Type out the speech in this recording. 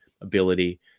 ability